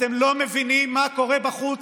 אתם לא מבינים מה קורה בחוץ,